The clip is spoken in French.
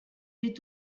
est